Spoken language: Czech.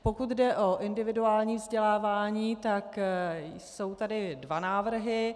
Pokud jde o individuální vzdělávání, tak jsou tady dva návrhy.